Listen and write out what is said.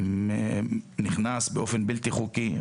שהוא נכנס באופן בלתי חוקי,